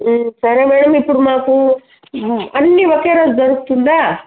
సరే మేడమ్ ఇప్పుడు మాకు అన్నీ ఒకే రోజు దొరుకుతుందా